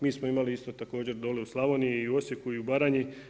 Mi smo imali isto također dolje u Slavoniji i u Osijeku i u Baranji.